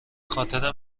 خاطر